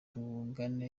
tugana